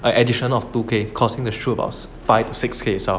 err additional of two K costing the shoe about five six K itself